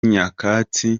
nyakatsi